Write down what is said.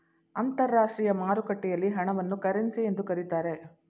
ಅಂತರಾಷ್ಟ್ರೀಯ ಮಾರುಕಟ್ಟೆಯಲ್ಲಿ ಹಣವನ್ನು ಕರೆನ್ಸಿ ಎಂದು ಕರೀತಾರೆ